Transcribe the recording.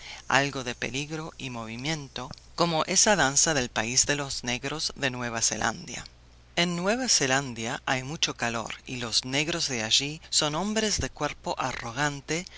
algo de peligro y movimiento como esa danza del palo de los negros de nueva zelandia en nueva zelandia hay mucho calor y los negros de allí son hombres de cuerpo arrogante